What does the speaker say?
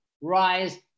rise